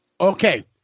Okay